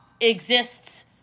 exists